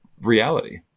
reality